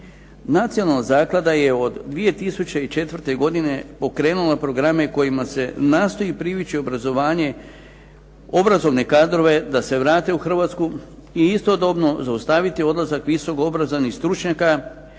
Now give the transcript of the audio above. Nacionalna zaklada je od 2004. godine pokrenula programe kojima se nastoji privući obrazovanje, obrazovne kadrove da se vrate u Hrvatsku i istodobno zaustaviti odlazak visoko obrazovanih stručnjaka